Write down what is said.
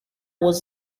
was